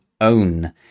own